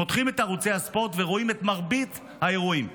פותחים את ערוצי הספורט ורואים את מרבית האירועים.